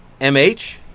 mh